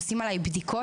עושים עלי בדיקות.